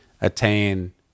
attain